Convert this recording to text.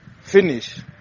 Finish